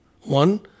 One